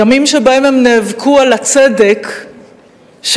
ימים שבהם הם נאבקו על הצדק שייעשה,